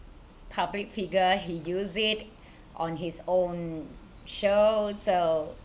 public figure he use it on his own show so